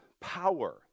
power